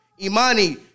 Imani